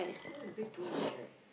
that's a bit too much right